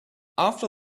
after